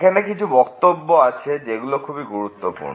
এখানে কিছু বক্তব্য আছে যেগুলো খুবই গুরুত্বপূর্ণ